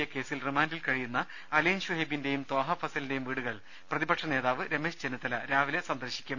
A കേസിൽ റിമാൻഡിൽ കഴിയുന്ന അലൈൻ ശുഹൈബിന്റെയും ത്വാഹാ ഫസലിന്റെയും വീടുകൾ പ്രതി പക്ഷ നേതാവ് രമേശ് ചെന്നിത്തല രാവിലെ സന്ദർശിക്കും